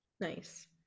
nice